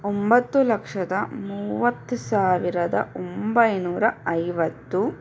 ಒಂಬತ್ತು ಲಕ್ಷದ ಮೂವತ್ತು ಸಾವಿರದ ಒಂಬೈನೂರ ಐವತ್ತು